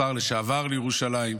השר לשעבר לירושלים,